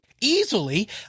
Easily